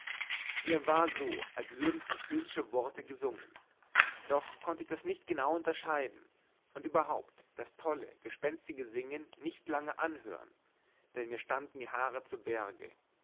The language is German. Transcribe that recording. mir war so als würden französische worte gesungen doch konnt ich das nicht genau unterscheiden und überhaupt das tolle gespenstige singen nicht lange anhören denn mir standen die haare zu berge